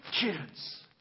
kids